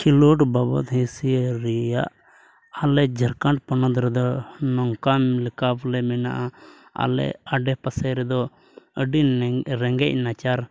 ᱠᱷᱮᱞᱳᱰ ᱵᱟᱵᱚᱫᱽ ᱦᱤᱥᱤᱭᱟᱹ ᱨᱮᱭᱟᱜ ᱟᱞᱮ ᱡᱷᱟᱲᱠᱷᱚᱸᱰ ᱯᱚᱱᱚᱛ ᱨᱮᱫᱚ ᱱᱚᱝᱠᱟᱱ ᱞᱮᱠᱟ ᱵᱚᱞᱮ ᱢᱮᱱᱟᱜᱼᱟ ᱟᱞᱮ ᱟᱰᱮ ᱯᱟᱥᱮ ᱨᱮᱫᱚ ᱟᱹᱰᱤ ᱨᱮᱸᱜᱮᱡ ᱱᱟᱪᱟᱨ